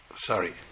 Sorry